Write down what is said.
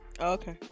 Okay